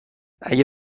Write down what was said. اگه